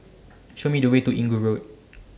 Show Me The Way to Inggu Road